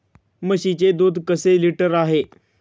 म्हशीचे दूध कसे लिटर आहे?